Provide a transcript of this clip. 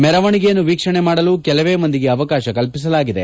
ಮೆರವಣೆಗೆಯನ್ನು ವೀಕ್ಷಣೆ ಮಾಡಲು ಕೆಲವೇ ಮಂದಿಗೆ ಅವಕಾಶ ಕಲ್ಪಿಸಲಾಗಿದೆ